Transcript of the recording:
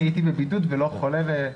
הייתי בבידוד ולא חולה.